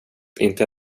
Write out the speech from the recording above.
inte